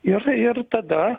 ir ir tada